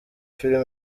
film